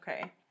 Okay